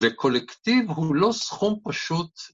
‫וקולקטיב הוא לא סכום פשוט...